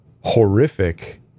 horrific